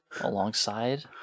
alongside